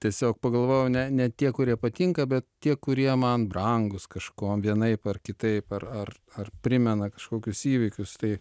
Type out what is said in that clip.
tiesiog pagalvojau ne ne tie kurie patinka bet tie kurie man brangūs kažkuom vienaip ar kitaip ar ar ar primena kažkokius įvykius tai